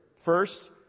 First